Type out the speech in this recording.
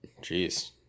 Jeez